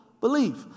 believe